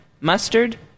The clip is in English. mustard